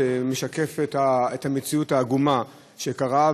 שמשקפות את המציאות העגומה שקרתה,